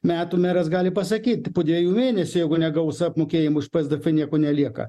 metų meras gali pasakyti po dviejų mėnesių jeigu negaus apmokėjimo iš psdf nieko nelieka